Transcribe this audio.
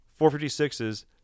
456s